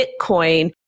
Bitcoin